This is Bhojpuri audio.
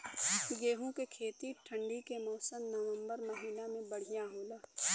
गेहूँ के खेती ठंण्डी के मौसम नवम्बर महीना में बढ़ियां होला?